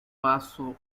vaso